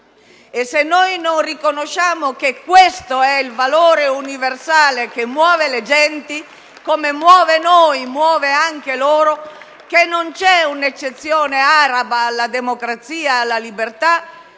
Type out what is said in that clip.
E se non riconosciamo che questo è il valore universale che muove le genti (come muove noi, muove anche loro), che non c'è un'eccezione araba alla democrazia e alla libertà,